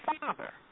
father